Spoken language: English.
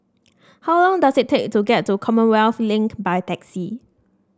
how long does it take to get to Commonwealth Link by taxi